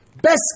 Best